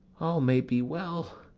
all may be well.